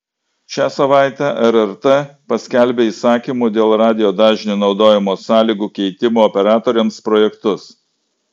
šią savaitę rrt paskelbė įsakymų dėl radijo dažnių naudojimo sąlygų keitimo operatoriams projektus